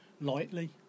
lightly